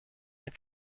your